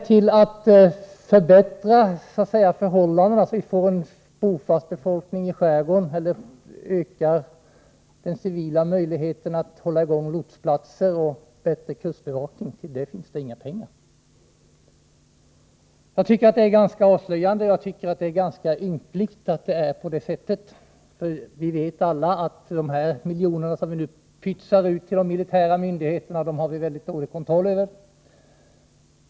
Till att förbättra förhållandena så att vi får en bofast befolkning i skärgården eller till att öka de civila möjligheterna att hålla i gång lotsplatser och förbättra kustbevakningen finns det emellertid inga pengar. Det är ganska avslöjande, och ynkligt, att det är på detta sätt. Vi vet alla att vi har mycket dålig kontroll över de miljoner som vi nu pytsar ut till de militära myndigheterna.